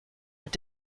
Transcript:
were